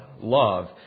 love